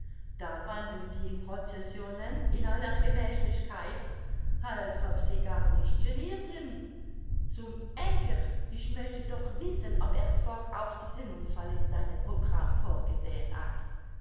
da wandeln sie in processionen in aller gemächlichkeit als ob sie gar nicht genirten zum henker ich möchte doch wissen ob herr fogg auch diesen unfall in seinem programm vorgesehen hat